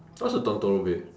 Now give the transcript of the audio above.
what's a bed